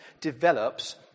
develops